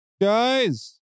Guys